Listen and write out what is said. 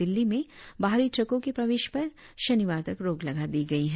दिल्ली में बाहरी ट्रकों के प्रवेश पर शिनिवार तक रोक लगा दी गई है